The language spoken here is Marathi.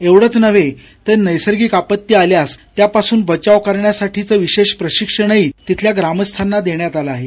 एवढेच नव्हे तर नैसर्गिक आपत्ती आल्यास त्यापासून बचाव करण्यासाठी विशेष प्रशिक्षणही तिथल्या ग्रामस्थांना देण्यात आले आहे